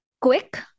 quick